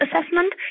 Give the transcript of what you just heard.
assessment